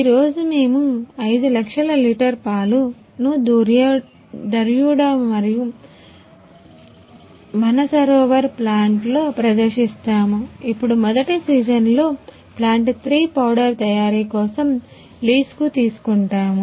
ఈ రోజు మేము 5 లక్షల లీటర్ పాలు ను దర్యూడా మరియు మనసరోవర్ ప్లాంట్ లోప్రదర్శిస్తాము ఇప్పుడు మొదటి సీజన్లో ప్లాంట్ 3 పౌడర్ తయారీ కోసం లీజ్ కూ తీసుకుంటాము